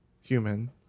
human